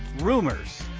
rumors